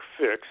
fix